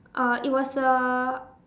uh it was a